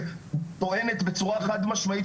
שטוענת בצורה חד משמעית,